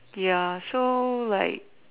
ya so like